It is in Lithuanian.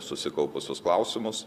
susikaupusius klausimus